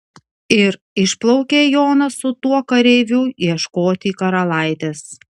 ir išplaukė jonas su tuo kareiviu ieškoti karalaitės